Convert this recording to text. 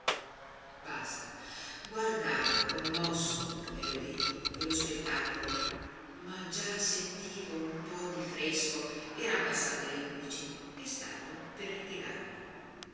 basta guardavo commosso come le ho detto quello spettacolo ma già sentivo un po di fresco eran passate le undici e stavo per ritirarmi